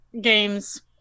games